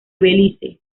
belice